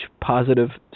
positive